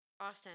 Awesome